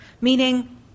meaning